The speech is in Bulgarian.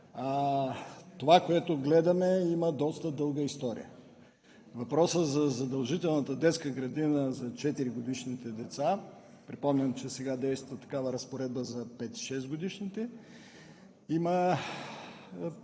Това, което гледаме, има доста дълга история. Въпросът за задължителната детска градина за 4-годишните деца – припомням, че сега действа така разпоредба за пет- и шестгодишните, има своята